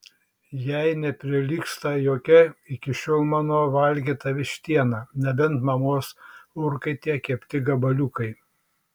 jai neprilygsta jokia iki šiol mano valgyta vištiena nebent mamos orkaitėje kepti gabaliukai